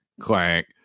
clank